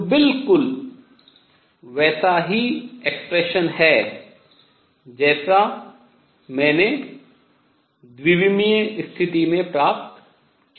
जो बिल्कुल वैसा ही व्यंजक है जैसा मैंने द्विविमीय स्थिति में प्राप्त किया है